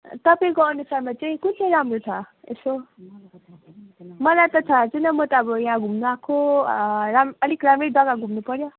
तपाईँको अनुसारमा चाहिँ कुन चाहिँ राम्रो छ यसो मलाई त थाहा छैन म त अब यहाँ घुम्न आएको राम अलिक राम्रै जग्गा घुम्नु पर्यो